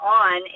on